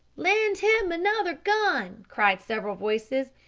lend him another gun, cried several voices.